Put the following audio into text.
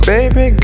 Baby